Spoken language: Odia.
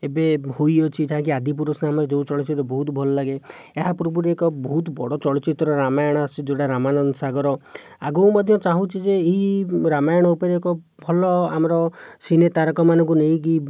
ଏବେ ହୋଇଅଛି ଯାହାକି ଆଦିପୁରୁଷ ନାମରେ ଯେଉଁ ଚଳଚ୍ଚିତ୍ର ବହୁତ ଭଲଲାଗେ ଏହା ପୂର୍ବରୁ ଏକ ବହୁତ ବଡ଼ ଚଳଚିତ୍ର ରାମାୟଣ ଆସିଛି ଯେଉଁଟା ରାମାନନ୍ଦ ସାଗର ଆଗକୁ ମଧ୍ୟ ଚାହୁଁଛି ଯେ ଏହି ରାମାୟଣ ଉପରେ ଏକ ଭଲ ଆମର ସିନେ ତାରକାମାନଙ୍କୁ ନେଇକି